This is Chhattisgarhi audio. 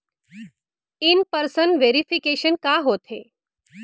इन पर्सन वेरिफिकेशन का होथे?